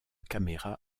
caméras